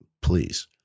Please